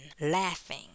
laughing